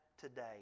today